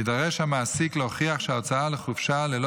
יידרש המעסיק להוכיח שההוצאה לחופשה ללא